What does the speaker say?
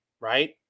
right